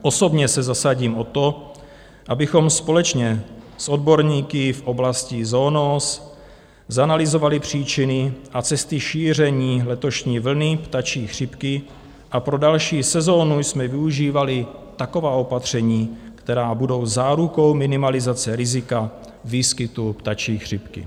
Osobně se zasadím o to, abychom společně s odborníky v oblasti SONOS zanalyzovali příčiny a cesty šíření letošní vlny ptačí chřipky a pro další sezonu využívali taková opatření, která budou zárukou minimalizace rizika výskytu ptačí chřipky.